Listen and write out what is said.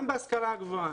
גם בהשכלה הגבוהה,